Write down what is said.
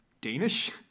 Danish